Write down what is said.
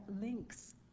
links